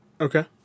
Okay